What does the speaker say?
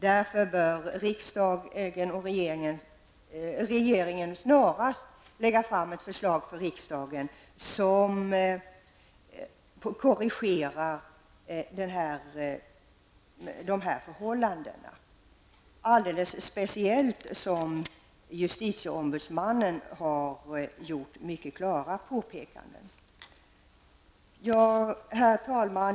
Därför bör regeringen snarast lägga fram ett förslag för riksdagen som korrigerar dessa förhållanden, alldeles speciellt som justitieombudsmannen har gjort klara påpekanden. Herr talman!